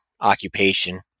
occupation